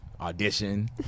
audition